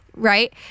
Right